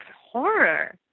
horror